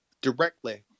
directly